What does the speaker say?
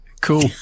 cool